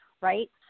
right